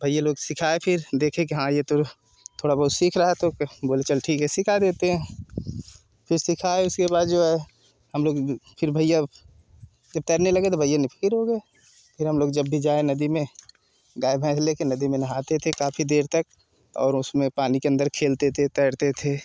भैया लोग सिखाए फिर देखे कि हाँ ये तो थोड़ा बहुत सीख रहा है तो बोले चल ठीक है सिखा देते हैं फिर सिखाए उसके बाद जो है हम लोग फिर भैया जब तैरने लगे भैया ने फिर हो गए हम लोग जब भी जाएँ नदी में गाय भैंस ले के नदी में नहाते थे काफी देर तक और उसमें पानी के अंदर खेलते थे तैरते थे